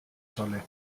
solle